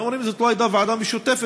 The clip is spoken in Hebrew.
והם אומרים: זאת לא הייתה ועדה משותפת,